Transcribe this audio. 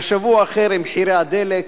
בשבוע אחר, עם מחירי הדלק,